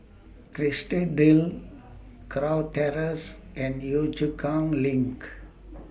Kerrisdale Kurau Terrace and Yio Chu Kang LINK